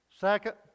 Second